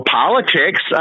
politics